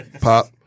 Pop